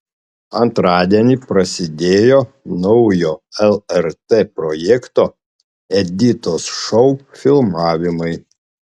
antradienį prasidėjo naujo lrt projekto editos šou filmavimai